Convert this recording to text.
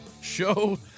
show